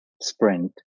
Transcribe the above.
sprint